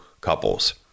couples